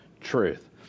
truth